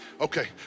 Okay